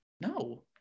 No